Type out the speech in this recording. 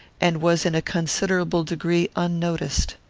and was in a considerable degree unnoticed.